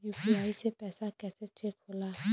UPI से पैसा कैसे चेक होला?